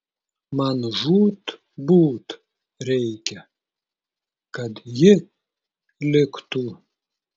man žūtbūt reikia kad ji liktų